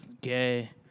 gay